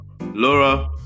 Laura